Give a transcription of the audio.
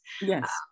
Yes